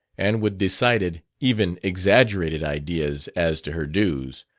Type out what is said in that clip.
and with decided, even exaggerated ideas as to her dues.